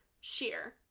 Sheer